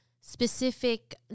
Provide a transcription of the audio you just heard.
specific